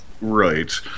Right